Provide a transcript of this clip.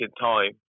time